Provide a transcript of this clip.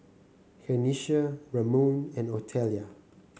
Kenisha Ramon and Otelia